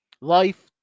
Life